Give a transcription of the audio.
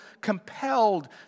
compelled